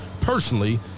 personally